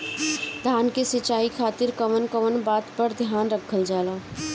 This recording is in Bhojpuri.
धान के सिंचाई खातिर कवन कवन बात पर ध्यान रखल जा ला?